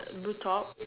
blue top